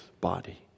body